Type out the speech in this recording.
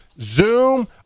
zoom